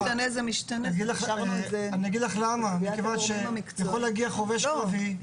אני אגיד לך למה כיוון שיכול להגיע חובש קרבי --- לא,